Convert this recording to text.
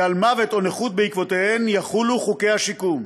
שעל מוות או נכות בעקבותיהן יחולו חוקי השיקום.